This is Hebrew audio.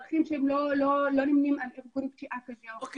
שהם לא נמנים על ארגון פשיעה כזה או אחר.